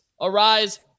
arise